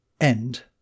End